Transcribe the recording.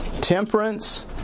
temperance